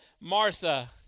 Martha